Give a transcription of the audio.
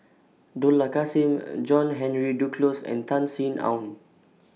Dollah Kassim John Henry Duclos and Tan Sin Aun